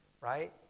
right